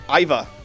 Iva